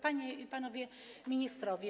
Panie i Panowie Ministrowie!